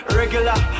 regular